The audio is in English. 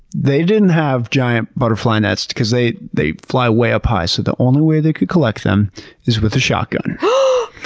they didn't have giant butterfly nets because they they fly way up high. so the only way they could collect them is with a shotgun. no!